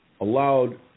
Allowed